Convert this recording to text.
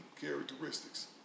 characteristics